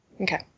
Okay